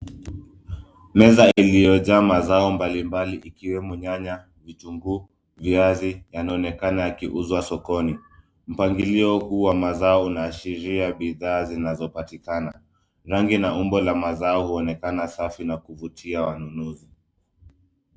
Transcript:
Meza iliyojaa mazao mbalimbali ikiwemo nyanya, vitunguu, viazi yanaonekana yakiuzwa sokoni. Mpangilio huu wa mazao unaashiria bidhaa zinazopatikana. Rangi na umbo la mazao huonekana safi na kuvutia wanunuzi.